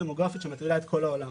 שמטרידה את כל העולם.